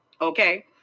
okay